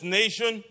nation